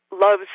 loves